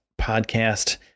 podcast